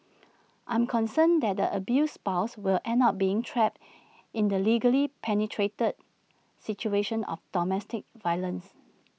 I'm concerned that the abused spouse will end up being trapped in the legally penetrated situation of domestic violence